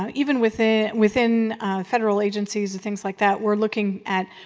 um even within within federal agencies and things like that, we're looking at,